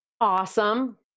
Awesome